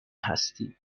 هستیم